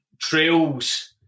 trails